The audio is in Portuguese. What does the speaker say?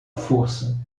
força